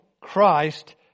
Christ